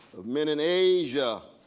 of men in asia,